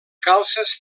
calces